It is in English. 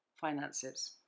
finances